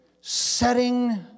setting